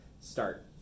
start